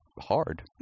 hard